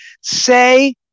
say